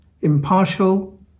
impartial